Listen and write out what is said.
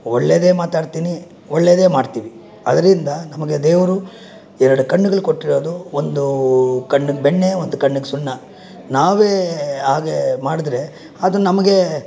ಒಳ್ಳೆಯದೇ ಮಾತಾಡ್ತೀನಿ ಒಳ್ಳೆಯದೇ ಮಾಡ್ತೀವಿ ಆದ್ದರಿಂದ ನಮಗೆ ದೇವರು ಎರಡು ಕಣ್ಣುಗಳು ಕೊಟ್ಟಿರೋದು ಒಂದು ಕಣ್ಣಿಗೆ ಬೆಣ್ಣೆ ಒಂದು ಕಣ್ಣಿಗೆ ಸುಣ್ಣ ನಾವೇ ಹಾಗೆ ಮಾಡಿದರೆ ಅದು ನಮಗೆ